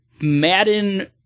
Madden